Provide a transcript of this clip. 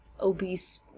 obese